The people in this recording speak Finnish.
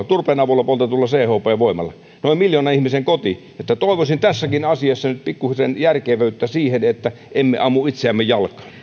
turpeen avulla poltetulla chp voimalla noin miljoonan ihmisen koti toivoisin tässäkin asiassa nyt pikkuisen järkevyyttä siihen että emme ammu itseämme jalkaan